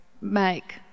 make